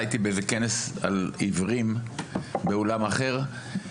הייתי בכנס על עיוורים באולם אחר.